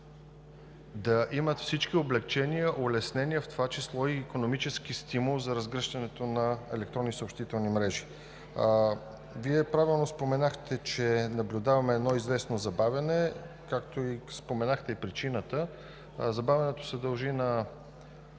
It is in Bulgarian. …имат всички облекчения, улеснения, в това число и икономически стимул, за разгръщането на електронни съобщителни мрежи. Вие правилно споменахте, че наблюдаваме известно забавяне, като споменахте и причината. Забавянето се дължи на